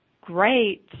great